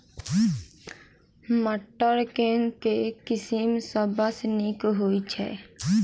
मटर केँ के किसिम सबसँ नीक होइ छै?